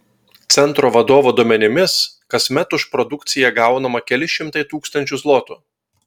centro vadovo duomenimis kasmet už produkciją gaunama keli šimtai tūkstančių zlotų